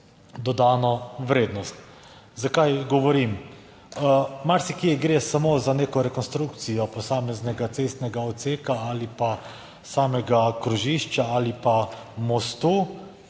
dodano vrednost. Zakaj govorim? Marsikje gre samo za neko rekonstrukcijo posameznega cestnega odseka ali pa samega krožišča ali pa mostu,